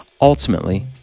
Ultimately